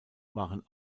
waren